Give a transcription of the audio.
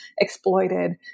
exploited